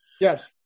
Yes